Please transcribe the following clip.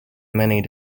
many